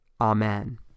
Amen